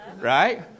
Right